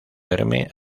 verme